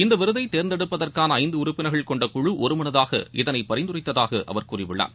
இந்த விருதை தேர்ந்தெடுப்பதற்காள ஐந்து உறுப்பினா்கள் கொண்ட குழு ஒருமனதாக இதளை பரிந்துரைத்ததாக அவர் கூறியுள்ளார்